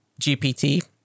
GPT